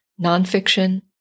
nonfiction